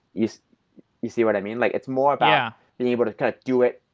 you so you see what i mean? like it's more about being able to kind of do it,